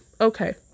okay